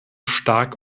stark